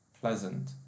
pleasant